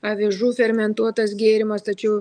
avižų fermentuotas gėrimas tačiau